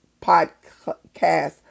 podcast